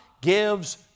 gives